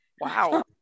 wow